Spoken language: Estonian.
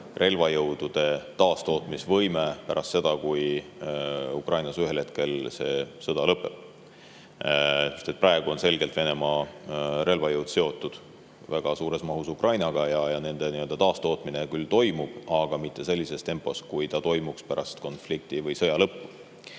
relvajõudude taastootmisvõime pärast seda, kui Ukrainas ühel hetkel see sõda lõpeb. Praegu on Venemaa relvajõud väga suures mahus seotud Ukrainaga ja nende nii-öelda taastootmine küll toimub, aga mitte sellises tempos, kui see toimuks pärast konflikti või sõja lõppu.